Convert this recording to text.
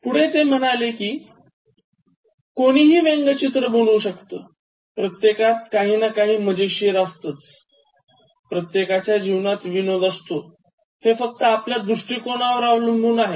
पुढे ते म्हणाले कि कोणीहि व्यंगचित्र बनवू शकत प्रत्येकात काही ना काही मजेशीर असते प्रत्येकाच्या जीवनात विनोद असतो हे फक्त आपल्या दृष्टिकोनावर अवलंबून आहे